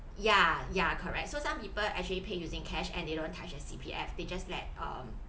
ya ya correct so some people actually pay using cash and they don't touch their C_P_F they just let um